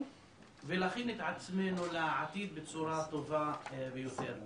ולהכין את עצמנו לעתיד בצורה הטובה ביותר.